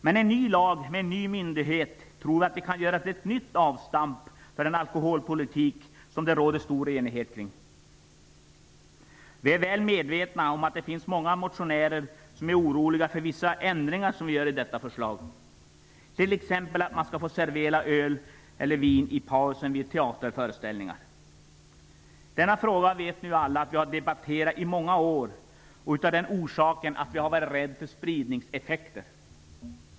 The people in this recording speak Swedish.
Med en ny lag och med en ny myndighet tror vi att vi kan göra ett nytt avstamp för en alkoholpolitik som det råder stor enighet kring. Vi är väl medvetna om att det finns många motionärer som är oroliga för vissa ändringar som framkommer i förslaget, t.ex. att man skall få servera öl eller vin i pausen vid teaterföreställningar. Alla vet att denna fråga har debatterats i många år. Anledningen är rädslan för spridningseffekter.